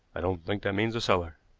i don't think that means a cellar.